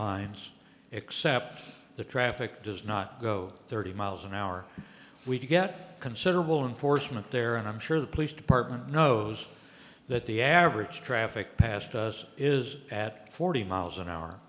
lines except the traffic does not go thirty miles an hour we get considerable unfortunate there and i'm sure the police department knows that the average traffic past us is at forty miles an hour